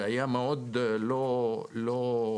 זה היה מאוד לא רגיל.